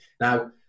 Now